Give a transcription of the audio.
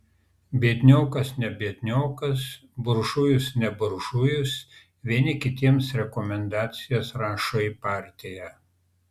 biedniokas ne biedniokas buržujus ne buržujus vieni kitiems rekomendacijas rašo į partiją